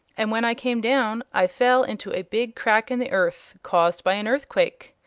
and when i came down i fell into a big crack in the earth, caused by an earthquake.